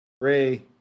Ray